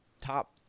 top